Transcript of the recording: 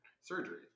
surgery